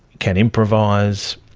can improvise.